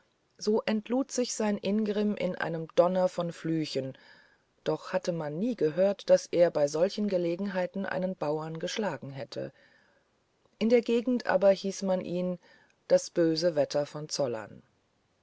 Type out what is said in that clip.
so entlud sich sein ingrimm in einem donner von flüchen doch hat man nie gehört daß er bei solchen gelegenheiten einen bauern geschlagen hätte in der gegend aber hieß man ihn das böse wetter von zollern